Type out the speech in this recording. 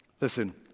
Listen